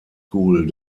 school